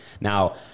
now